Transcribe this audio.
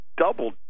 double